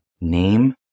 name